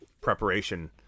preparation